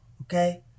Okay